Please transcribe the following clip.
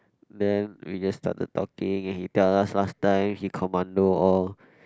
then we just started talking he tell us last time he commando all